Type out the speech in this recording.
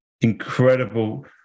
incredible